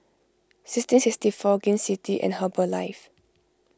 sixteen sixty four Gain City and Herbalife